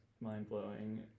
mind-blowing